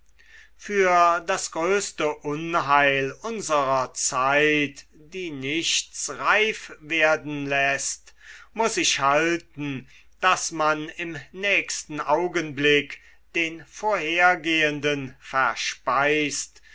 für das größte unheil unserer zeit die nichts reif werden läßt muß ich halten daß man im nächsten augenblick den vorhergehenden verspeist